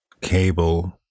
cable